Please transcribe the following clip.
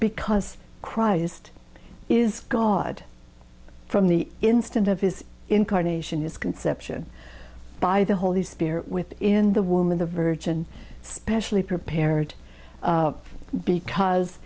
because christ is god from the instant of his incarnation it's conception by the holy spirit with in the woman the virgin specially prepared because